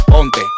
Ponte